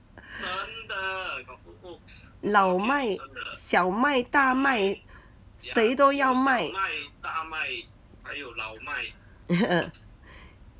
老麦小麦大麦谁都要麦